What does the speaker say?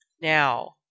Now